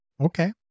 okay